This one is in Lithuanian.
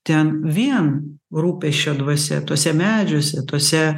ten vien rūpesčio dvasia tuose medžiuose tuose